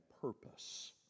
purpose